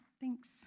Thanks